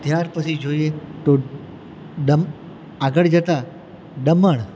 ત્યાર પછી જોઈએ તો દમ આગળ જતા દમણ